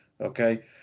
Okay